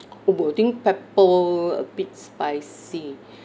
oh I think pepper a bit spicy